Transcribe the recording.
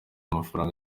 y’amafaranga